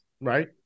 right